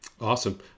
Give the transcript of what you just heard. Awesome